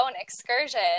excursion